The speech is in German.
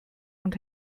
und